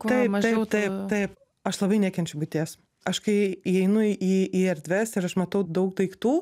taip taip taip taip aš labai nekenčiu būties aš kai įeinu į į erdves ir aš matau daug daiktų